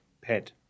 pet